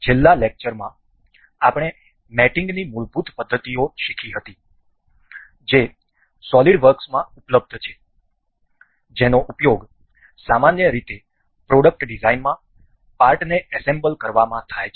છેલ્લા લેક્ચરમાં આપણે મેટીંગની મૂળભૂત પદ્ધતિઓ શીખી હતી જે સોલિડ વર્ક્સમાં ઉપલબ્ધ છે જેનો ઉપયોગ સામાન્ય રીતે પ્રોડક્ટ ડિઝાઇનમાં પાર્ટને એસેમ્બલ કરવામાં થાય છે